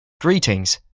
Greetings